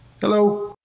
Hello